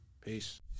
peace